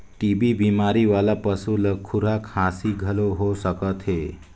TB बेमारी वाला पसू ल झूरा खांसी घलो हो सकथे